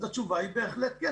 אז התשובה היא בהחלט כן.